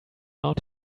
out